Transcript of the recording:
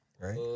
right